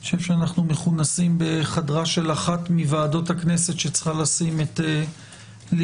אני חושב שאנו מכונסים בחדרה של אחת מוועדות הכנסת שצרכה לשים את לקחי